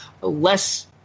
less